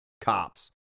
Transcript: cops